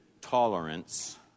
tolerance